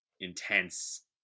intense